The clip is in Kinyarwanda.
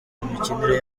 imikinire